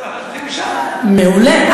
מעולה.